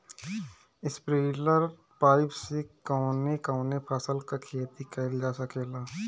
Sprinkler pipe से कवने कवने फसल क खेती कइल जा सकेला?